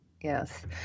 Yes